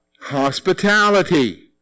Hospitality